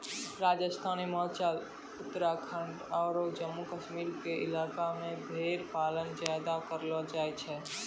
राजस्थान, हिमाचल, उत्तराखंड आरो जम्मू कश्मीर के इलाका मॅ भेड़ पालन ज्यादा करलो जाय छै